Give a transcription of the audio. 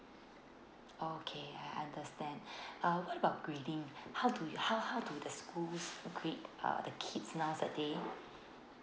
okay I understand uh what about grading how do you how how do the schools grade uh the kids nowadays